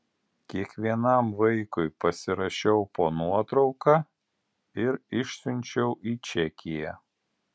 kiekvienam vaikui pasirašiau po nuotrauka ir išsiunčiau į čekiją